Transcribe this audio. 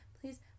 please